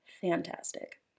fantastic